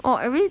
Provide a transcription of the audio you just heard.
orh every